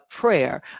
prayer